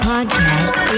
Podcast